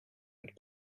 but